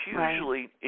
usually